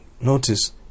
notice